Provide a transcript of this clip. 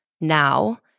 now